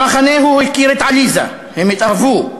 במחנה הוא הכיר את עליזה, הם התאהבו.